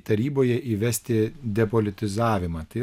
taryboje įvesti depolitizavimą tai